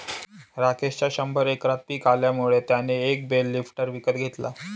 राकेशच्या शंभर एकरात पिक आल्यामुळे त्याने एक बेल लिफ्टर विकत घेतला